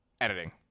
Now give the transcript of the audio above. editing